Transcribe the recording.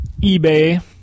eBay